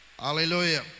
Hallelujah